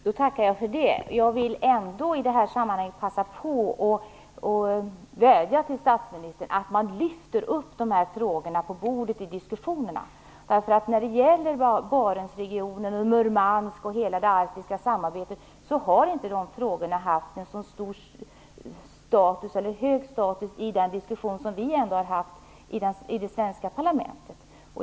Fru talman! Jag tackar för det beskedet. Jag vill ändå i detta sammanhang passa på att vädja att man lyfter upp dessa frågor på bordet i diskussionerna. När det gäller Barentsregionen, Murmansk, och hela det Arktiska samarbetet har inte de frågorna haft en så hög status i den diskussion som vi ändå har haft i det svenska parlamentet.